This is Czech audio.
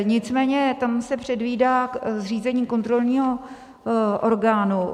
Nicméně tam se předvídá zřízení kontrolního orgánu.